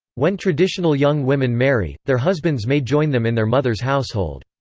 when traditional young women marry, their husbands may join them in their mother's household.